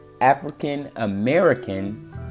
african-american